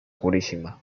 purísima